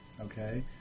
Okay